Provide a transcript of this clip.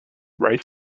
rice